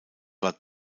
war